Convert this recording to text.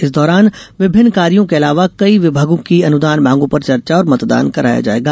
इस दौरान विभिन्न कार्यो के अलावा कई विभागों की अनुदान मांगों पर चर्चा और मतदान कराया जायेगा